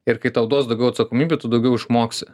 ir kai tau duos daugiau atsakomybių tu daugiau išmoksi